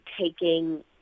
taking